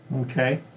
Okay